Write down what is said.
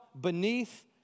beneath